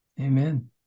Amen